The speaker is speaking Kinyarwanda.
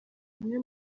umwe